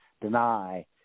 deny